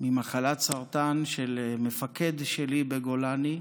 ממחלת הסרטן של מפקד שלי בגולני,